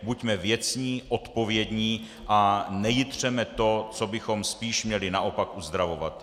Buďme věcní, odpovědní a nejitřeme to, co bychom spíš měli naopak uzdravovat.